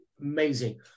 amazing